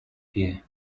here